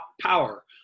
power